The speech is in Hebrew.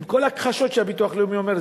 עם כל ההכחשות שהביטוח הלאומי אומר,